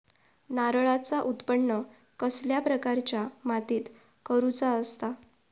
नारळाचा उत्त्पन कसल्या प्रकारच्या मातीत करूचा असता?